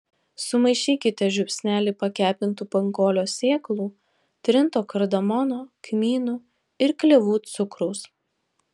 sumaišykite žiupsnelį pakepintų pankolio sėklų trinto kardamono kmynų ir klevų cukraus